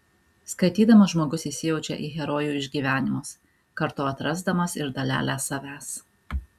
skaitydamas žmogus įsijaučia į herojų išgyvenimus kartu atrasdamas ir dalelę savęs